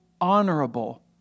honorable